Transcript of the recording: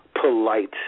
Polite